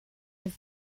have